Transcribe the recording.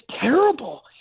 terrible